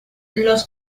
los